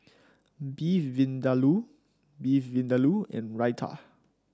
Beef Vindaloo Beef Vindaloo and Raita